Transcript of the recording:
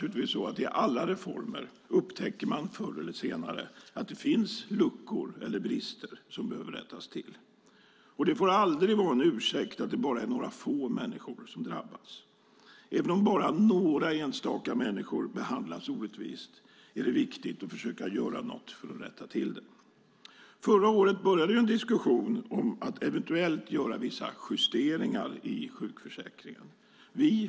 I alla reformer upptäcker man förr eller senare luckor eller brister som behöver rättas till. Det får aldrig vara en ursäkt att det bara är några få människor som drabbas. Även om bara några enstaka människor behandlas orättvist är det viktigt att försöka göra något för att rätta till det. Förra året började en diskussion om att eventuellt göra vissa justeringar i sjukförsäkringen.